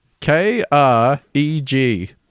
K-R-E-G